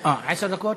עשר דקות?